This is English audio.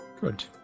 Good